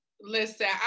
listen